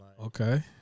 Okay